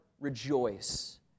rejoice